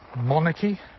monarchy